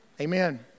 Amen